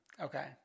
Okay